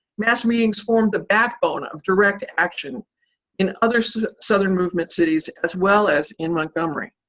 mass meetings formed the backbone of direct action in other so southern movement cities as well as in montgomery.